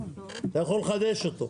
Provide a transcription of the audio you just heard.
אתה יכול לחדש אותו.